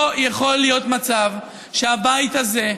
לא יכול להיות מצב שהבית הזה,